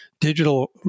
digital